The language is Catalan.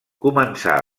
començà